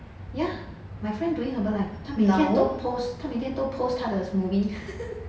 ya my friend doing herbalife 他每天都 post 他每天都 post 他的 movie